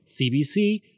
CBC